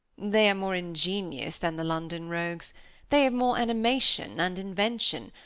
they are more ingenious than the london rogues they have more animation and invention,